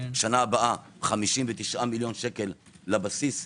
שנה הבאה 59 מיליון שקל לבסיס,